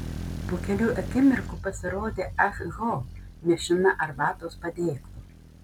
po kelių akimirkų pasirodė ah ho nešina arbatos padėklu